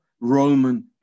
Roman